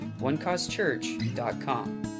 onecausechurch.com